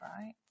right